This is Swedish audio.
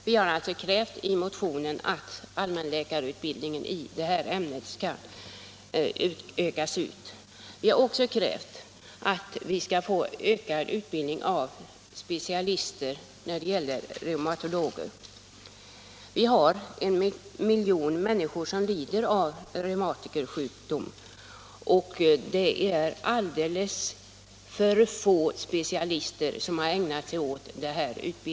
Vi har i en motion krävt att utbildningen i reumatologi skall utökas för allmänläkarna. Vi har i ett andra motionskrav hemställt om en utökad utbildning av specialister inom reumatologin. En miljon människor i vårt land lider av reumatiska sjukdomar, och vi har alldeles för få specialister på detta område.